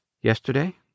yesterday